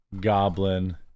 goblin